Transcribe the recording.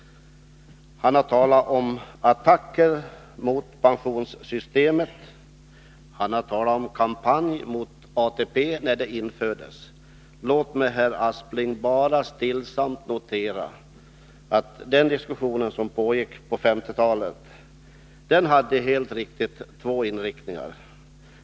Han har talat om attacker mot pensionssystemet, om kampanj mot ATP när den infördes. Låt mig bara stillsamt notera att den diskussion som pågick på 1950-talet hade två inriktningar.